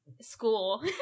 school